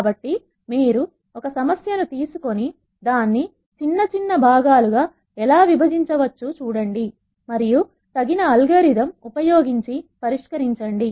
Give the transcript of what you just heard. కాబట్టి ఇది introduction course అయితే ఇది ఇంకా గణనీయమైన ప్రయత్నం మరియు నేర్చుకోవడం గురించి మాట్లాడేటప్పుడు పాల్గొనేవారు ఈ కోర్సులో ముందుకు వెళ్లాలని మేము ఆశిస్తున్నాము